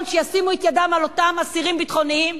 שישימו את ידם על אותם אסירים ביטחוניים,